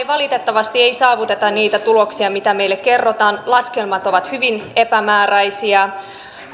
valitettavasti ei saavuteta niitä tuloksia mitä meille kerrotaan laskelmat ovat hyvin epämääräisiä